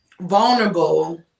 vulnerable